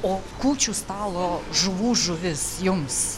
o kūčių stalo žuvų žuvis jums